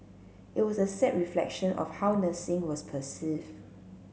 it was a sad reflection of how nursing was perceived